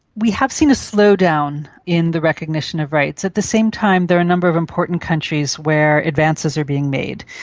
we have seen a slow-down in the recognition of rights. at the same time there are a number of important countries where advances are being made.